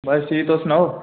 बस ठीक तुस सनाओ